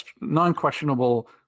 non-questionable